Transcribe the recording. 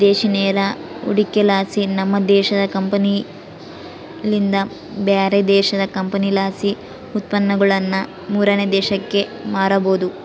ವಿದೇಶಿ ನೇರ ಹೂಡಿಕೆಲಾಸಿ, ನಮ್ಮ ದೇಶದ ಕಂಪನಿಲಿಂದ ಬ್ಯಾರೆ ದೇಶದ ಕಂಪನಿಲಾಸಿ ಉತ್ಪನ್ನಗುಳನ್ನ ಮೂರನೇ ದೇಶಕ್ಕ ಮಾರಬೊದು